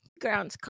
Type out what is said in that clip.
grounds